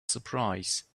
surprise